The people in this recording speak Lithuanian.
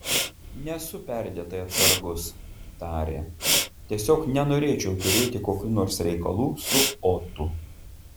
nesu perdėtai atsargus tarė tiesiog nenorėčiau turėti kokių nors reikalų su otu